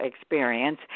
experience